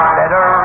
better